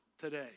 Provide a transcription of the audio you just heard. today